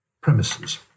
premises